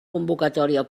convocatòria